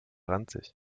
ranzig